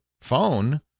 phone